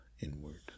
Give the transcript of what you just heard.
inward